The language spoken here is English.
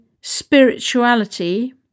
spirituality